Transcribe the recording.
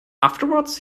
afterwards